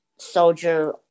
soldier